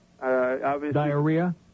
Diarrhea